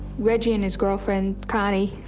reggie and his girlfriend, connie,